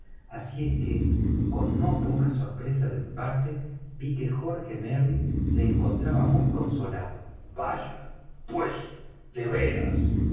así es que con no poca sorpresa de mi parte ví que jorge merry se mostraba muy consolado vaya pues de veras